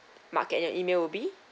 mark and your email will be